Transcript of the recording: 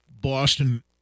Boston